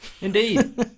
Indeed